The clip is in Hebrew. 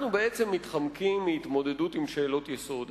אנחנו בעצם מתחמקים מהתמודדות עם שאלות יסוד.